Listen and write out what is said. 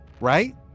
right